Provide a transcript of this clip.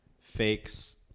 fakes